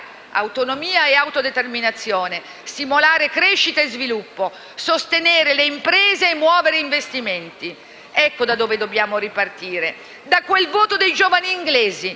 autonomia e autodeterminazione, stimolare crescita e sviluppo, sostenere le imprese e muovere investimenti. Ecco da dove dobbiamo ripartire: da quel voto dei giovani